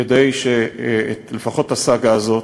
כדי שלפחות הסאגה הזאת,